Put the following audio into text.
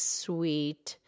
sweet